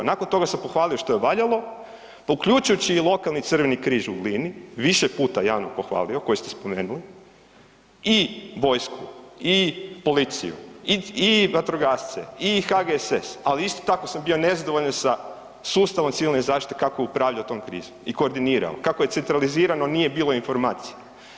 Nakon toga sam pohvalio što je valjalo, uključujući i lokalni Crveni križ u Glini, više puta javno pohvalio, koji ste spomenuli i vojsku i policiju i vatroagasce i HGSS, ali isto tako sam bio nezadovoljan sa sustavom civilne zaštite kako upravlja tom krizom i koordinira, kako je centralizirano, nije bilo informacije.